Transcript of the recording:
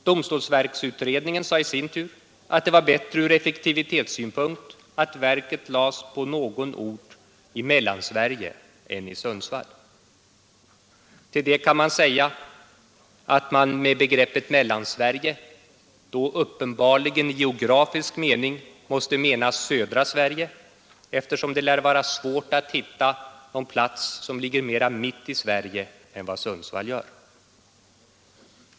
Domstolsverksutredningen sade i sin tur att det var bättre från effektivitetssynpunkt att verket lades på någon ort i Mellansverige än att det lades i Sundsvall. Till det kan sägas att man med begreppet Mellansverige i geografisk mening uppenbarligen måste mena södra Sverige eftersom det lär vara svårt att hitta någon plats som ligger mera mitt i Sverige än vad Sundsvall gör.